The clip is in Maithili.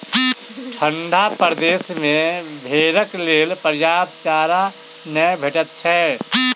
ठंढा प्रदेश मे भेंड़क लेल पर्याप्त चारा नै भेटैत छै